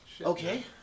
Okay